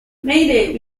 mayday